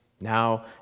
now